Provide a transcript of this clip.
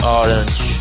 orange